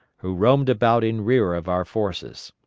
who roamed about in rear of our forces.